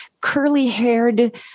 curly-haired